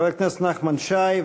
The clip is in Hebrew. חבר הכנסת נחמן שי,